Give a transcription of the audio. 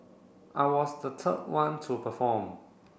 I was the third one to perform